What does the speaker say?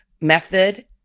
method